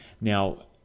Now